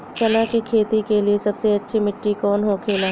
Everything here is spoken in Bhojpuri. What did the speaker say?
चना की खेती के लिए सबसे अच्छी मिट्टी कौन होखे ला?